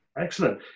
Excellent